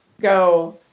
go